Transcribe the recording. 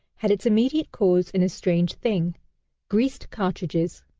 had its immediate cause in a strange thing greased cartridges!